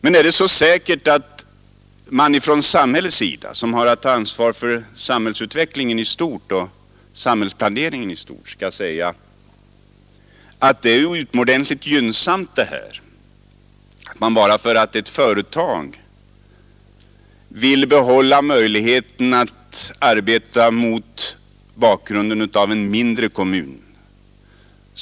Men är det så säkert att man från det allmännas sida, som har att ta ansvar för samhällsutvecklingen och samhällsplaneringen i stort tycker att det är utomordentligt gynnsamt att en liten kommun skall få förbli liten bara därför att ett företag vill behålla möjligheten att arbeta i en mindre kommun?